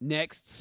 Next